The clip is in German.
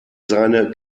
seine